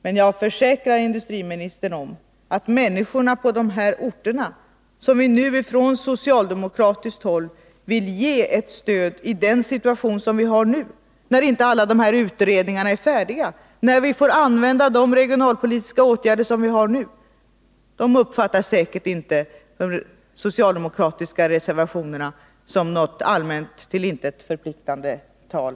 Men jag försäkrar industriministern att människorna på de här orterna, som vi från socialdemokratiskt håll vill ge ett stöd i den situation som nu råder, när inte alla de här utredningarna är färdiga, när vi får använda de regionalpolitiska medel som det går att använda, säkert inte uppfattar de socialdemokratiska reservationerna som något allmänt, till intet förpliktande tal.